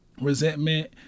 resentment